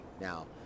now